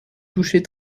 toucher